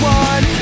one